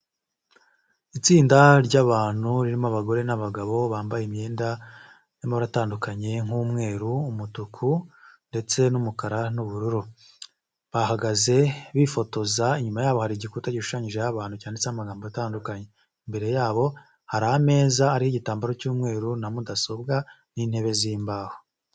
Itsinda ry'abantu, ririmo abagore, n'abagabo, bambaye imyenda y'amabara atandukanye, nk'umweru, umutuku, ndetse n'umukara, n'ubururu, bahagaze bifotoza inyuma yabo hari igikuta gishushanyijeho abantu, cyanditseho amagambo atandukanye, imbere yabo hari ameza ariho igitambaro cy'umweru, na mudasobwa, n'intebe z'imbaho.